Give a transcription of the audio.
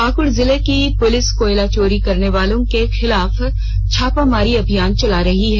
पाक्ड़ जिले की पुलिस कोयला चोरी करने वालों के खिलाफ छापामारी अभियान चला रही है